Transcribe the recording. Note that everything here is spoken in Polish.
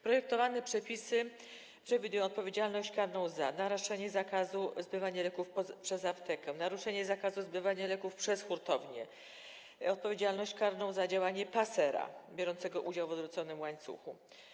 Projektowane przepisy przewidują odpowiedzialność karną za naruszanie zakazu zbywania leków przez aptekę, naruszenie zakazu zbywania leków przez hurtownię oraz odpowiedzialność karną za działanie pasera biorącego udział w odwróconym łańcuchu.